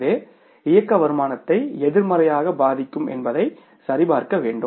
இது இயக்க வருமானத்தை எதிர்மறையாக பாதிக்கும் என்பதை சரிபார்க்க வேண்டும்